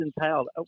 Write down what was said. entailed